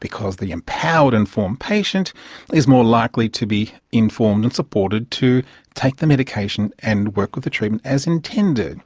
because the empowered informed patient is more likely to be informed and supported to take the medication and work with the treatment as intended,